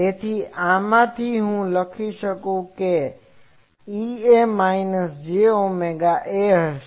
તેથી આમાંથી હું લખી શકું છું કે EA minus j omega A હશે